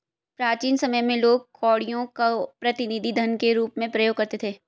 प्राचीन समय में लोग कौड़ियों को प्रतिनिधि धन के रूप में प्रयोग करते थे